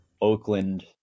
Oakland